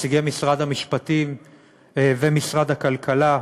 לנציגי משרד המשפטים ומשרד הכלכלה,